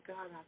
God